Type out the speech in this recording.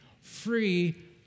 free